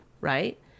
right